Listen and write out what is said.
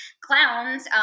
clowns